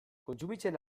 kontsumitzen